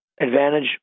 advantage